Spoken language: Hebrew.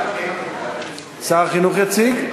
שר החינוך יציג?